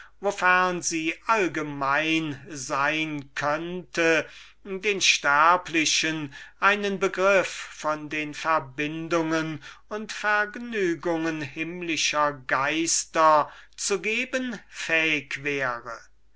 sie allgemein sein könnte den sterblichen einigen begriff von den verbindungen und vergnügen himmlischer geister zu geben fähig wäre